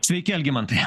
sveiki algimantai